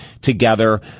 together